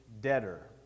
debtor